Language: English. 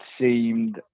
seemed